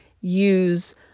use